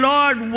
Lord